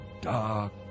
dark